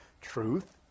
truth